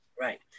Right